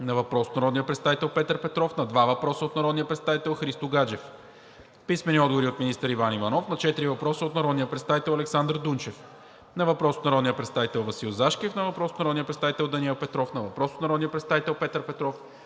на въпрос от народния представител Петър Петров; на два въпроса от народния представител Христо Гаджев; - министър Иван Иванов на четири въпроса от народния представител Александър Дунчев; на въпрос от народния представител Васил Зашкев; на въпрос от народния представител Даниел Петров; на въпрос от народния представител Петър Петров;